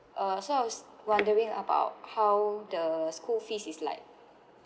uh so I was wondering about how the school fees is like